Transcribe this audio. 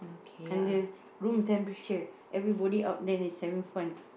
under room temperature everybody out there is having fun